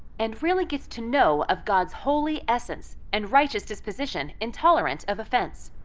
and really gets to know of god's holy essence and righteous disposition intolerant of offense.